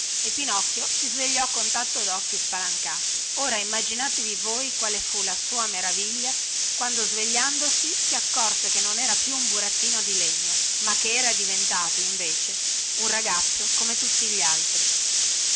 e pinocchio si svegliò con tanto docchi spalancati ora immaginatevi voi quale fu la sua maraviglia quando svegliandosi si accorse che non era più un burattino di legno ma che era diventato invece un ragazzo come tutti gli altri